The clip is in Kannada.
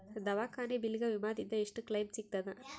ದವಾಖಾನಿ ಬಿಲ್ ಗ ವಿಮಾ ದಿಂದ ಎಷ್ಟು ಕ್ಲೈಮ್ ಸಿಗತದ?